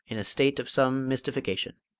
in a state of some mystification.